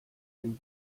dem